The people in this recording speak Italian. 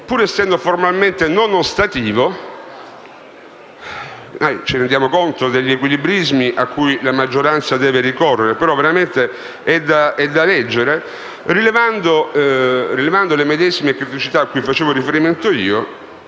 pur essendo formalmente non ostativo - ci rendiamo conto degli equilibrismi a cui la maggioranza deve ricorrere, ma è da leggere - e rilevando le medesime criticità cui facevo riferimento,